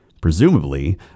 presumably